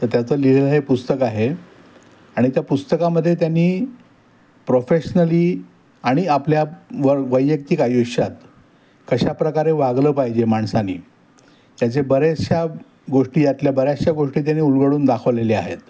तर त्याचं लिहिलेलं हे पुस्तक आहे आणि त्या पुस्तकामधे त्यांनी प्रोफेशनली आणि आपल्या व वैयक्तिक आयुष्यात कशाप्रकारे वागलं पाहिजे माणसानी त्याचे बऱ्याचशा गोष्टी यातल्या बऱ्याचशा गोष्टी त्यांनी उलगडून दाखवलेल्या आहेत